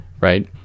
right